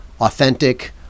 authentic